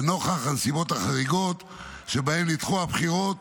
נוכח הנסיבות החריגות שבהן נדחו הבחירות